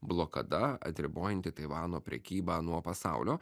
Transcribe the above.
blokada atribojanti taivano prekybą nuo pasaulio